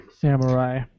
Samurai